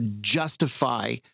justify